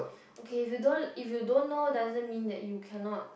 okay if you don't if you don't know doesn't mean that you cannot